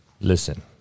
Listen